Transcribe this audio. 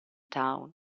town